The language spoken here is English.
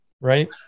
right